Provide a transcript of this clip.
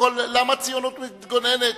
למה הציונות מתגוננת?